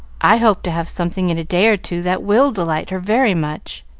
i hope to have something in a day or two that will delight her very much.